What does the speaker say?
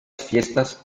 fiestas